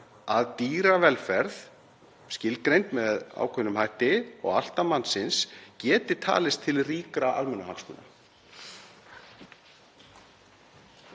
að dýravelferð, skilgreind með ákveðnum hætti og alltaf mannsins, geti talist til ríkra almannahagsmuna?